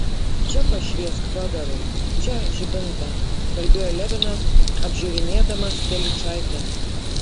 čia pašviesk fiodorai čia žibintą kalbėjo levinas apžiūrinėdamas telyčaitę